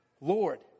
Lord